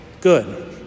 good